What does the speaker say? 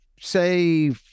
say